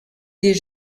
des